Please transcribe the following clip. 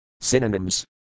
Synonyms